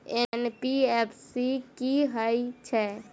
NBFC की हएत छै?